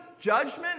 judgment